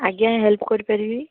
ଆଜ୍ଞା ହେଲ୍ପ କରିପାରିବି